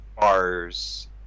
bars